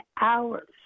hours